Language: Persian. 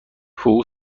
حقوق